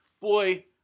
Boy